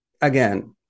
again